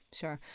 sure